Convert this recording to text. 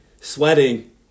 sweating